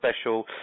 Special